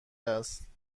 است